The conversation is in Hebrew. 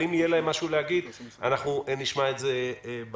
אם יהיה להם משהו להגיד נשמע את זה בדרך.